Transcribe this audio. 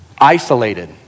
isolated